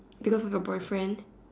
because of your boyfriend